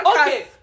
Okay